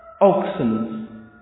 Oxen